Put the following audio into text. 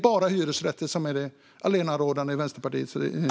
Är hyresrätter det allenarådande i Vänsterpartiets verklighet?